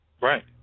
Right